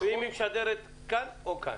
אם היא משדרת כאן או כאן.